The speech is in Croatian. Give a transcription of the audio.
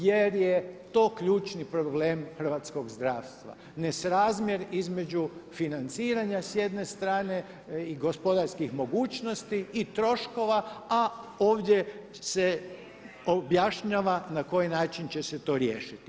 Jer je to ključni problem hrvatskog zdravstva nesrazmjer između financiranja s jedne strane i gospodarskih mogućnosti i troškova a ovdje se objašnjava na koji način će se to riješiti.